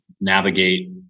navigate